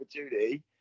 opportunity